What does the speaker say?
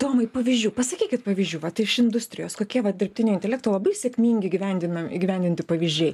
domai pavyzdžių pasakykit pavyzdžių vat iš industrijos kokie vat dirbtinio intelekto labai sėkmingi įgivendina įgyvendinti pavyzdžiai